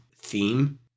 theme